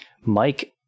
Mike